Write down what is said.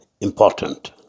important